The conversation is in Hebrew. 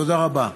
תודה רבה.